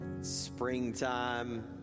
springtime